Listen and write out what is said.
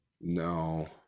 No